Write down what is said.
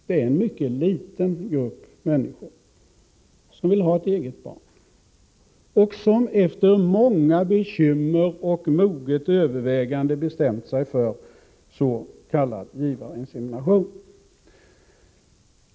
Det är en mycket liten grupp människor som vill ha ett eget barn och som efter många bekymmer och moget övervägande bestämt sig för s.k. givarinsemination.